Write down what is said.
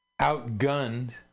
outgunned